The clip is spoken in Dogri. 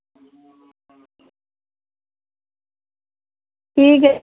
ठीक ऐ